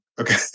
okay